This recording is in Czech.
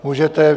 Můžete.